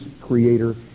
creator